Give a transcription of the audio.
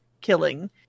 killing